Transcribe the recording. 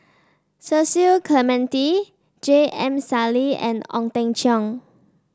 Cecil Clementi J M Sali and Ong Teng Cheong